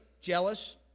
jealous